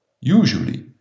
usually